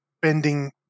bending